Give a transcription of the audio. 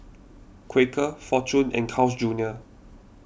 Quaker fortune and Carl's Junior